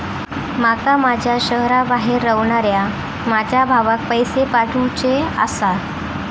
माका माझ्या शहराबाहेर रव्हनाऱ्या माझ्या भावाक पैसे पाठवुचे आसा